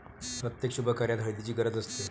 प्रत्येक शुभकार्यात हळदीची गरज असते